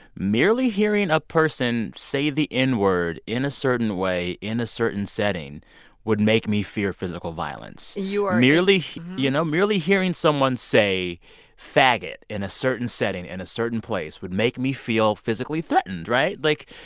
merely hearing a person say the n-word in a certain way in a certain setting would make me fear physical violence you are. merely you know, merely hearing someone say faggot in a certain setting, in and a certain place, would make me feel physically threatened, right? like,